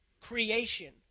creation